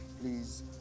please